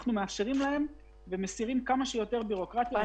אנחנו מסירים כמה שיותר בירוקרטיה.